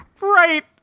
Right